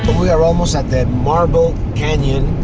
but we are almost at the marble canyon.